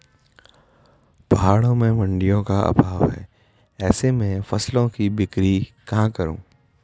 पहाड़ों में मडिंयों का अभाव है ऐसे में फसल की बिक्री कहाँ करूँ?